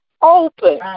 open